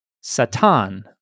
Satan